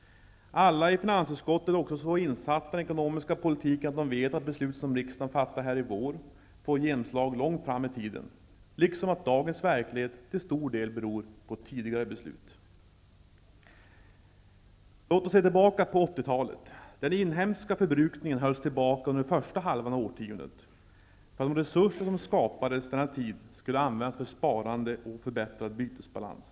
Alla i finansutskottet är också så insatta i den ekonomiska politiken att de vet att beslut som riksdagen fattar i vår får genomslag långt fram i tiden, liksom att dagens verklighet till stor del beror på tidigare beslut. Låt oss se tillbaka på 80-talet. Den inhemska förbrukningen hölls tillbaka under första halvan av årtiondet, för att de resurser som skapades denna tid skulle användas för sparande och förbättrad bytesbalans.